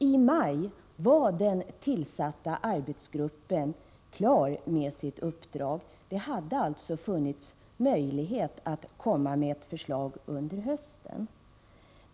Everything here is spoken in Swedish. I maj var den tillsatta arbetsgruppen klar med sitt uppdrag. Det hade alltså funnits möjlighet att komma med ett förslag under hösten.